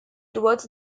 towards